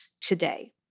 today